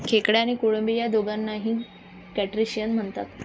खेकडे आणि कोळंबी या दोघांनाही क्रस्टेशियन म्हणतात